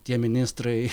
tie ministrai